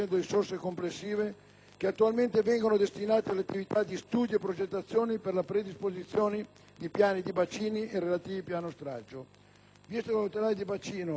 che attualmente vengono destinati alle attività di studi e progettazioni per la predisposizione dei piani di bacino e dei relativi piani stralcio.